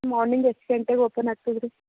morning ಎಷ್ಟು ಗಂಟೆಗೆ open ಆಗ್ತದೆ ರೀ